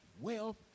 wealth